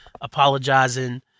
apologizing